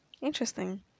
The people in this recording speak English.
interesting